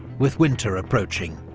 with winter approaching.